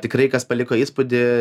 tikrai kas paliko įspūdį